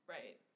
Right